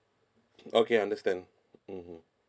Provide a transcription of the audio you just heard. okay understand mmhmm